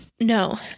No